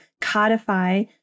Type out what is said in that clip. codify